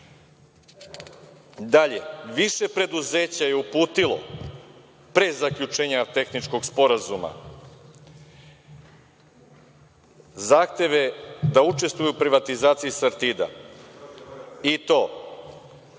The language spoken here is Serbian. više preduzeća je uputilo pre zaključenja tehničkog sporazuma, zahteve da učestvuju u privatizaciji „Sartida“ i to